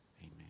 Amen